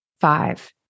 Five